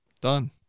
Done